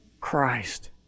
Christ